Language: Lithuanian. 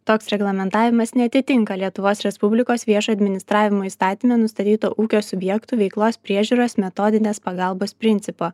toks reglamentavimas neatitinka lietuvos respublikos viešo administravimo įstatyme nustatyto ūkio subjektų veiklos priežiūros metodinės pagalbos principo